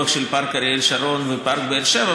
של פארק אריאל שרון ופארק באר שבע,